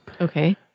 Okay